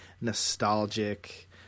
nostalgic